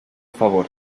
favor